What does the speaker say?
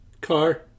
car